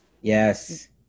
yes